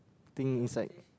things like